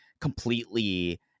completely